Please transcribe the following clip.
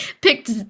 picked